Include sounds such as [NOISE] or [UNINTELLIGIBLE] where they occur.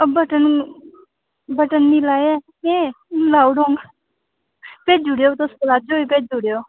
ओह् button button [UNINTELLIGIBLE] लाउ उड़ंग भेजू उड़ेयो तुस प्लाजो बी भेजू उड़ेयो